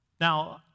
Now